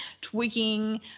tweaking